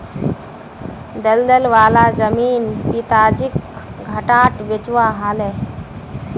दलदल वाला जमीन पिताजीक घटाट बेचवा ह ले